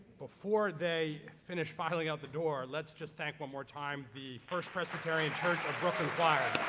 before they finish filing out the door, let's just thank one more time, the first presbyterian church of brooklyn choir.